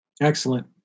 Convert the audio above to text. Excellent